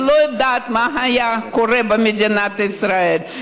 אני לא יודעת מה היה קורה במדינת ישראל.